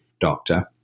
doctor